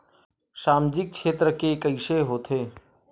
सामजिक क्षेत्र के कइसे होथे?